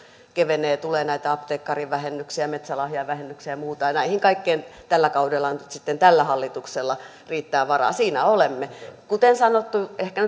kevenee ja tulee näitä apteekkarivähennyksiä metsälahjavähennyksiä ja muuta ja näihin kaikkiin tällä kaudella nyt sitten tällä hallituksella riittää varaa siinä olemme kuten sanottu ehkä